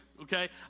Okay